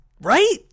Right